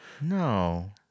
No